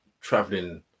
traveling